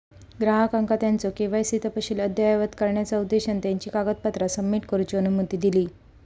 ग्राहकांका त्यांचो के.वाय.सी तपशील अद्ययावत करण्याचा उद्देशान त्यांची कागदपत्रा सबमिट करूची अनुमती दिली